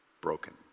broken